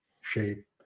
shape